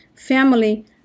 Family